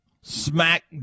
Smack